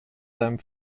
seinem